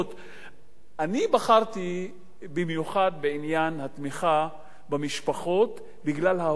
אני בחרתי במיוחד בעניין התמיכה במשפחות בגלל ההוצאה על חינוך,